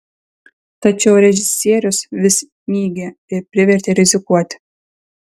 tačiau režisierius vis mygė ir privertė rizikuoti